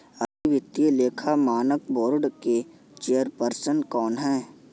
अभी वित्तीय लेखा मानक बोर्ड के चेयरपर्सन कौन हैं?